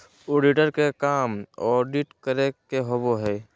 auditor के काम audit करे के होबो हइ